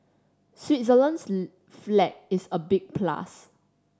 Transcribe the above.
Switzerland's flag is a big plus